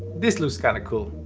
this looks kinda cool.